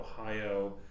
Ohio